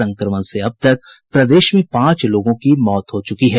संक्रमण से अब तब प्रदेश में पांच लोगों की मौत हो चूकी है